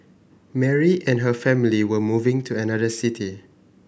Mary and her family were moving to another city